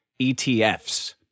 ETFs